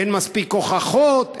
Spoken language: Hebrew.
אין מספיק הוכחות,